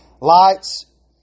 lights